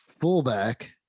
fullback